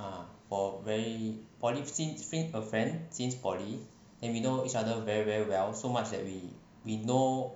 a four very positive since fit a friend since poly and we know each other very well so much that we we know